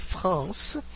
France